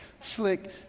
Slick